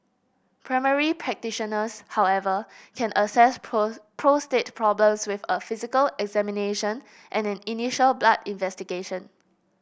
primary practitioners however can assess prostate problems with a physical examination and an initial blood investigation